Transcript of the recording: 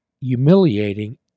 humiliating